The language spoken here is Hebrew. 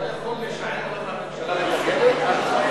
אתה יכול לשער למה הממשלה מתנגדת?